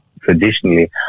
traditionally